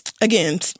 again